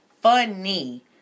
funny